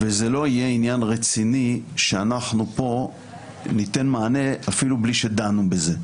וזה לא יהיה עניין רציני שאנחנו פה ניתן מענה אפילו בלי שדנו בזה.